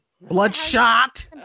Bloodshot